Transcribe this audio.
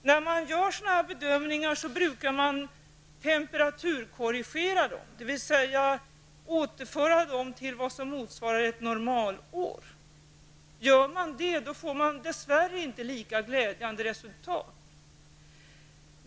När man gör sådana här bedömningar brukar man temperaturkorrigera dem, dvs. återföra dem till vad som motsvarar ett normalår. Om man gör det får man dess värre inte ett lika glädjande resultat.